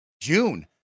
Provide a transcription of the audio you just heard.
june